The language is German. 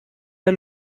der